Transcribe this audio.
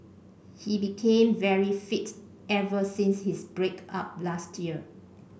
he became very fit ever since his break up last year